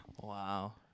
Wow